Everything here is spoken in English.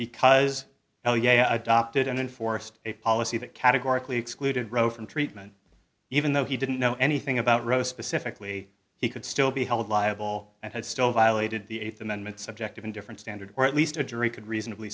i adopted and enforced a policy that categorically excluded roe from treatment even though he didn't know anything about roe specifically he could still be held liable and had still violated the eighth amendment subjective and different standard or at least a jury could reasonably